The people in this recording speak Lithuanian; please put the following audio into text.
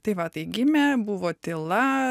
tai va tai gimė buvo tyla